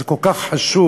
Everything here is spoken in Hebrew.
זה כל כך חשוב.